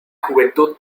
juventud